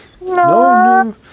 No